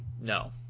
No